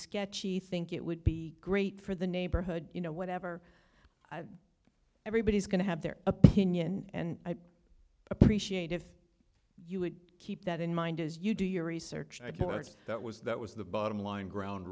sketchy think it would be great for the neighborhood you know whatever everybody is going to have their opinion and i appreciate if you would keep that in mind as you do your research i towards that was that was the bottom line ground